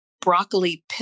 broccoli